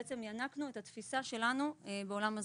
בעצם ינקנו את התפיסה שלנו בעולם הזקן.